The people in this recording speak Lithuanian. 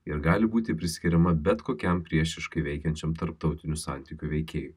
ir gali būti priskiriama bet kokiam priešiškai veikiančiam tarptautinių santykių veikėjui